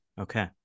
Okay